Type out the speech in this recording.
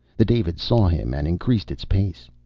the david saw him and increased its pace.